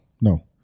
no